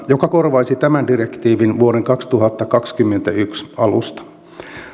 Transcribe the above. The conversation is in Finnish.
joka korvaisi tämän direktiivin vuoden kaksituhattakaksikymmentäyksi alusta